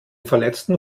verletzten